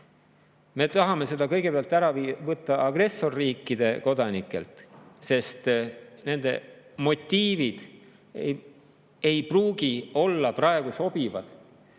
me tahame selle kõigepealt ära võtta agressorriikide kodanikelt, sest nende motiivid ei pruugi olla praegu sobivad.